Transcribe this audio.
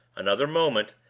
another moment,